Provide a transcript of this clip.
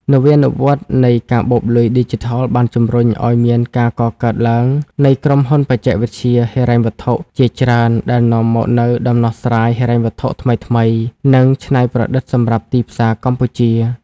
នវានុវត្តន៍នៃកាបូបលុយឌីជីថលបានជម្រុញឱ្យមានការកកើតឡើងនៃក្រុមហ៊ុនបច្ចេកវិទ្យាហិរញ្ញវត្ថុ ជាច្រើន ដែលនាំមកនូវដំណោះស្រាយហិរញ្ញវត្ថុថ្មីៗ និងច្នៃប្រឌិតសម្រាប់ទីផ្សារកម្ពុជា។